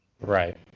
Right